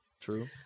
True